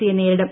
സിയെ നേരിടും